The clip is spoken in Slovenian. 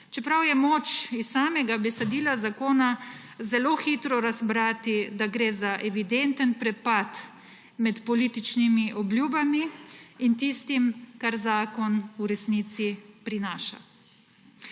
čeprav je moč iz samega besedila zakona zelo hitro razbrati, da gre za evidenten prepad med političnimi obljubami in tistim, kar zakon v resnici prinaša.